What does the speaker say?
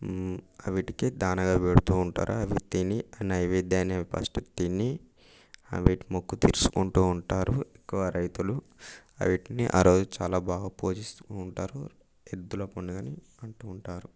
అవిటికి దానంగా పెడుతుంటారు అవి తిని నైవేద్యాన్ని అవి ఫస్ట్ తిని అవిటి మొక్కు తీర్చుకుంటూ ఉంటారు ఎక్కువ రైతులు అవిట్ని ఆరోజు చాలా బాగా పూజిస్తూ ఉంటారు ఎద్దుల పండుగను అంటుంటారు